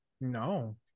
No